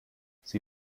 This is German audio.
sie